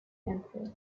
emperor